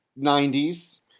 90s